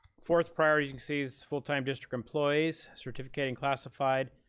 fourth priority, you can see, is full time district employees, certificate and classified.